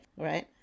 right